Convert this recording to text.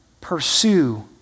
pursue